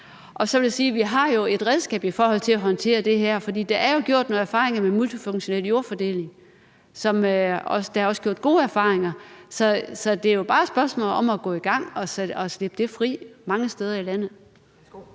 på? Så vil jeg sige, at vi jo har et redskab i forhold til at håndtere det her, for der er jo gjort nogle erfaringer med multifunktionel jordfordeling. Der er også gjort gode erfaringer med det. Så det er jo bare et spørgsmål om at gå i gang og slippe det fri mange steder i landet.